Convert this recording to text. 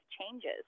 changes